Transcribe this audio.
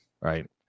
Right